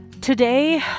Today